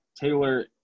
Taylor